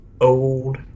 old